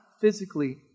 physically